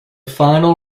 final